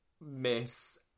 miss